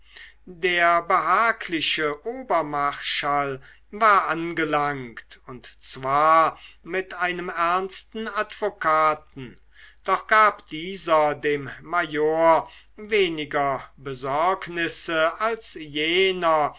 der behagliche obermarschall war angelangt und zwar mit einem ernsten advokaten doch gab dieser dem major weniger besorgnisse als jener